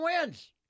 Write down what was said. wins